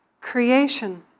creation